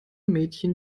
mädchen